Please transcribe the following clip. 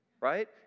right